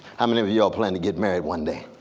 how many of you all plan to get married one day?